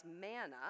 manna